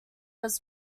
was